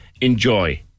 enjoy